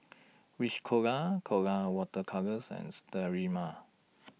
Rich Colora Colora Water Colours and Sterimar